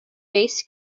bass